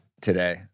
Today